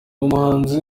umuhanzi